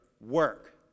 Work